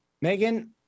Megan